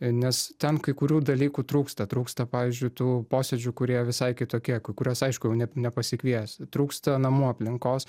nes ten kai kurių dalykų trūksta trūksta pavyzdžiui tų posėdžių kurie visai kitokie į ku kuriuos aišku jau ne nepasikvies trūksta namų aplinkos